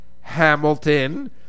Hamilton